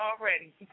already